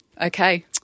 Okay